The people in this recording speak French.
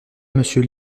monsieur